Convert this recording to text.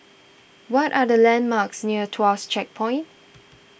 what are the landmarks near Tuas Checkpoint